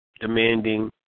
demanding